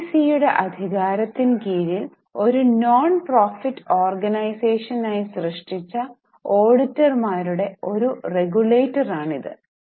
എസ്ഇസിയുടെ അധികാരത്തിൻ കീഴിൽ ഒരു നോൺ പ്രോഫിറ്റ് ഓർഗനൈസേഷനായി സൃഷ്ടിച്ച ഓഡിറ്റർമാരുടെ ഒരു റെഗുലേറ്ററാണ് ഇത്